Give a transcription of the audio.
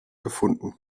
gefunden